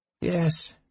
Yes